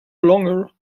longer